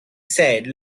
said